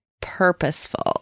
purposeful